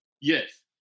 Yes